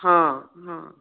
हां हां